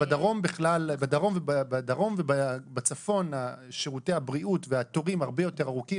בדרום ובצפון שירותי הבריאות והתורים הרבה יותר ארוכים,